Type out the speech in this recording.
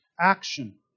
action